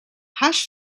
hash